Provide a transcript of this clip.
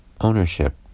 ownership